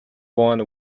one